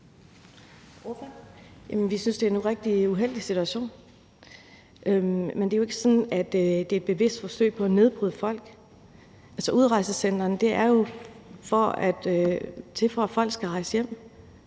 Vi synes, det er en rigtig uheldig situation, men det er jo ikke sådan, at det er et bevidst forsøg på at nedbryde folk. Udrejsecentrene er jo til for, at folk skal rejse hjem.